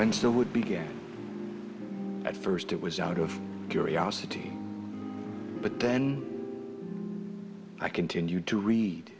and so would began at first it was out of curiosity but then i continued to read